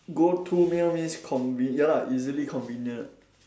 go to meal means conven~ ya lah easily convenient